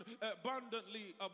abundantly